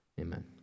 Amen